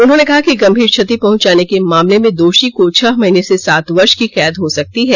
उन्होंने कहा कि गंभीर क्षति पहुंचाने के मामले में दोषी को छह महीने से सात वर्ष की कैद हो सकती है